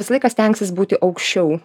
visą laiką stengsis būti aukščiau